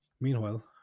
Meanwhile